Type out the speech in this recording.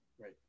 right